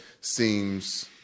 seems